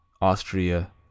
Austria